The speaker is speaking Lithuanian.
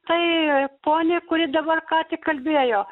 tai ponia kuri dabar ką tik kalbėjo